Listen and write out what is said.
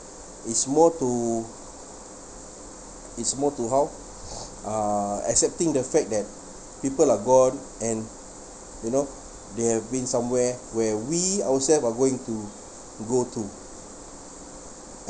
it's more to it's more to how uh accepting the fact that people are gone and you know they have been somewhere where we ourself are going to to go to